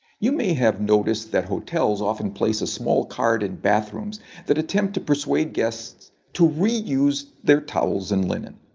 you may have noticed that hotels often place a small card in bathrooms that attempt to persuade guests to reuse their towels and linen.